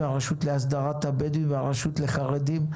הרשות להסדרת הבדואים והרשות לחרדים.